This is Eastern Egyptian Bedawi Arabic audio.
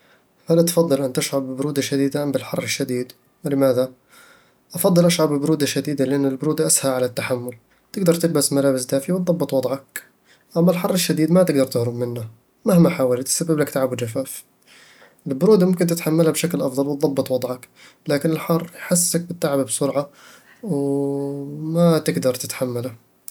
هل تفضل أن تشعر ببرودة شديدة أم بالحر الشديد؟ ولماذا؟ أفضل أشعر ببرودة شديدة لأن البرودة أسهل على التحمل، تقدر تلبس ملابس دافية وتضبط وضعك. أما الحر الشديد، ما تقدر تهرب منه، مهما حاولت، وتسبب لك تعب وجفاف. البرودة ممكن تتحملها بشكل أفضل وتضبط وضعك، لكن الحر يحسسك بالتعب بسرعة و ما تقدر تتحمله